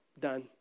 done